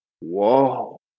whoa